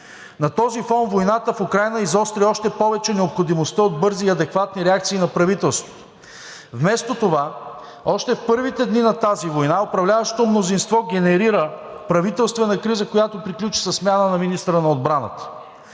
На този фон войната в Украйна изостри още повече необходимостта от бързи и адекватни реакции на правителството. Вместо това още в първите дни на тази война управляващото мнозинство генерира правителствена криза, която приключи със смяна на министъра на отбраната.